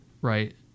right